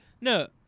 no